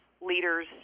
leaders